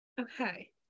Okay